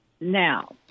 now